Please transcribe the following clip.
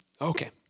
Okay